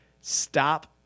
stop